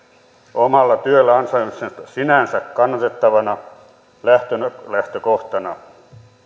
omalla työllä ansainnasta sinänsä kannatettavana lähtökohtana